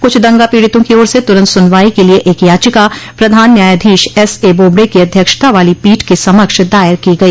कुछ दंगा पीडितों की ओर से तुरंत सुनवाई के लिए एक याचिका प्रधान न्यायाधीश एस ए बोबड़े की अध्यक्षता वाली पीठ के समक्ष दायर की गई